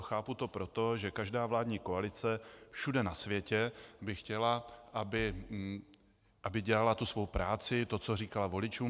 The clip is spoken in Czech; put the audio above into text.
A chápu to proto, že každá vládní koalice všude na světě by chtěla, aby dělala tu svou práci, to, co říkala voličům.